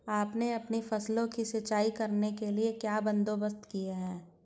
आपने अपनी फसलों की सिंचाई करने के लिए क्या बंदोबस्त किए है